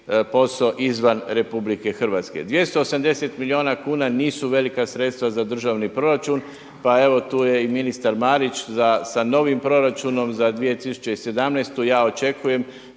posao izvan RH. 280 milijuna kuna nisu velika sredstva za državni proračun, pa evo tu je i ministar Marić sa novim proračunom za 2017. Ja očekujem